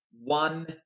one